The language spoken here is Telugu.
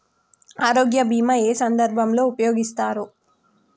ఆరోగ్య బీమా ఏ ఏ సందర్భంలో ఉపయోగిస్తారు?